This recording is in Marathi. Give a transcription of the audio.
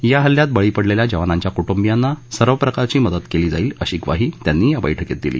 या हल्ल्यात बळी पडलेल्या जवानांच्या कुटुंबांना सर्व प्रकारची मदत केली जाईल अशी ग्वाही त्यांनी या बैठकीत दिली